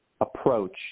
approach